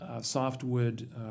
softwood